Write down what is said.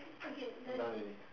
done already